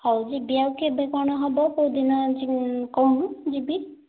ହଉ ଯିବି ଆଉ କେବେ କ'ଣ ହବ କେଉଁ ଦିନ କ କହୁନୁ ଯିବି